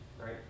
Right